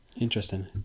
Interesting